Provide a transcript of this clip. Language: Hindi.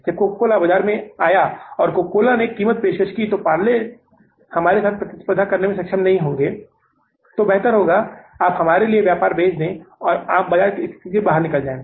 जब कोका कोला बाजार में आया और कोका कोला ने कीमत की पेशकश की तो पार्ले हमारे साथ प्रतिस्पर्धा करने में सक्षम नहीं होंगे तो बेहतर होगा कि आप हमारे लिए व्यापार बेच दें और आप बाजार की स्थिति से बाहर निकल जाएं